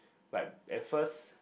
like at first